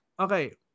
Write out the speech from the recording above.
Okay